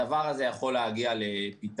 הדבר הזה יכול להגיע לפתרון.